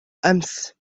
أمس